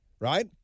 right